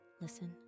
listen